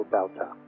Delta